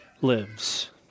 lives